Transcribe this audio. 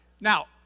Now